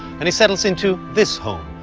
and he settles into this home,